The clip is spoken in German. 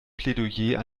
plädoyer